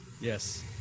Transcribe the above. Yes